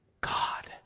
God